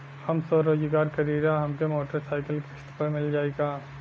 हम स्वरोजगार करीला हमके मोटर साईकिल किस्त पर मिल जाई का?